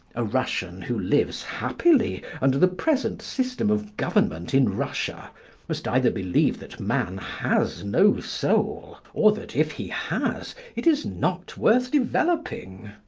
a russian who lives happily under the present system of government in russia must either believe that man has no soul, or that, if he has, it is not worth developing.